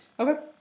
Okay